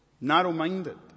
narrow-minded